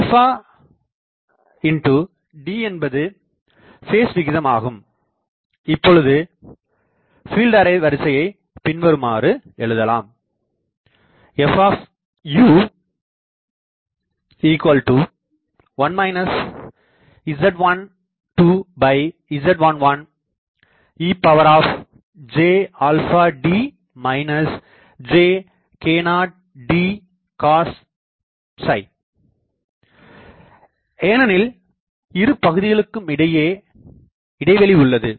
ஆல்ஃபாαd என்பது பேஸ் விகிதம் ஆகும் இப்பொழுது ஃபீல்ட் அரே வரிசையை பின்வருமாறு எழுதலாம் f1 Z12Z11ejαd jk0d cosφ ஏனெனில் இரு பகுதிகளுக்குமிடையே இடைவெளி உள்ளது